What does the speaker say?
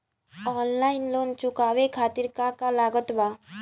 Online loan चुकावे खातिर का का लागत बा?